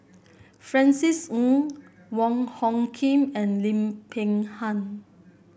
Francis Ng Wong Hung Khim and Lim Peng Han